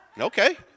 okay